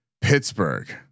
Pittsburgh